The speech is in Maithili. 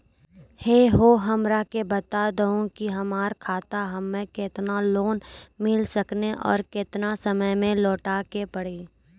है हो हमरा के बता दहु की हमार खाता हम्मे केतना लोन मिल सकने और केतना समय मैं लौटाए के पड़ी?